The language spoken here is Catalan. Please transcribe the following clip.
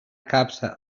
capsa